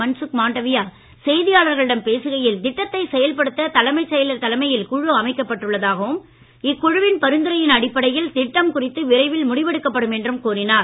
மன்சுக் மண்டாவியா செய்தியாளர்களிடம் பேசுகையில் திட்டத்தை செயல்படுத்த தலைமை செயலர் தலைமையில் குழு அமைக்கப் பட்டுள்ளதாகவும் இக்குழுவின் பரிந்துரையின் அடிப்படையில் திட்டம் குறித்து விரைவில் முடிவெடுக்கப்படும் என்றும் கூறினார்